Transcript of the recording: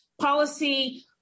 policy